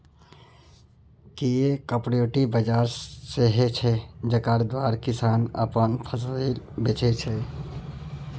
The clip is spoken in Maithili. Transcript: किछ कॉपरेटिव बजार सेहो छै जकरा द्वारा किसान अपन फसिल बेचै छै